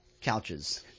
couches